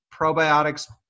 probiotics